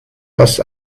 das